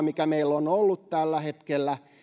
mikä meillä on ollut tällä hetkellä